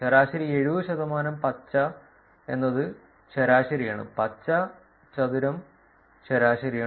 ശരാശരി 70 ശതമാനം പച്ച എന്നത് ശരാശരിയാണ് പച്ച ചതുരം ശരാശരിയാണ്